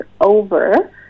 over